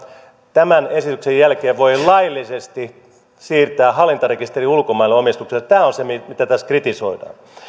tämän esityksen jälkeen voi laillisesti siirtää omistuksensa hallintarekisteriin ulkomailla tämä on se mitä tässä kritisoidaan